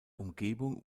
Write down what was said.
umgebung